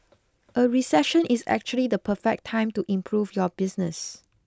a recession is actually the perfect time to improve your business